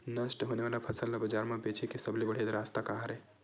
नष्ट होने वाला फसल ला बाजार मा बेचे के सबले बढ़िया रास्ता का हरे?